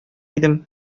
идем